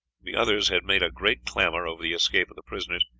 the others had made a great clamor over the escape of the prisoners,